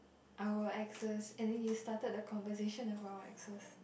our exes and then you started the conversation about our exes